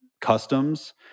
customs